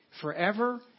Forever